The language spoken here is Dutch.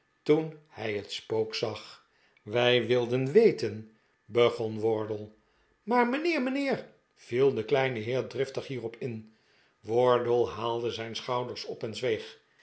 toen hij het spook zag wij wilden weten begon wardle maar mijnheer mijnheer viel de kleine heer driftig hierop in wardle haalde zijn schouders op en zweeg